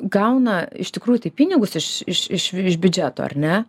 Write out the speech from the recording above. gauna iš tikrųjų tai pinigus iš iš iš biudžeto ar ne